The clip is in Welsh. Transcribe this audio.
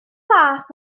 fath